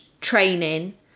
training